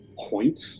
point